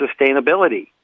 sustainability